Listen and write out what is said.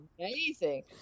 amazing